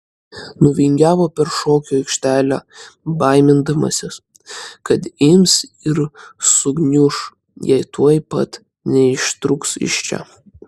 nuvingiavo per šokių aikštelę baimindamasis kad ims ir sugniuš jei tuoj pat neištrūks iš čia